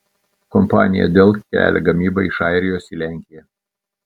kompanija dell kelia gamybą iš airijos į lenkiją